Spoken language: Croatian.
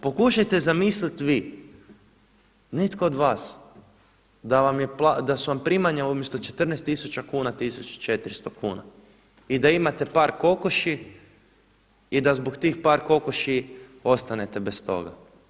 Pokušajte zamisliti vi, netko od vas, da vam su primanja umjesto 14 tisuća kuna tisuću 400 kuna i da imate par kokoši i da zbog tih par kokoši ostanete bez toga.